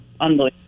Unbelievable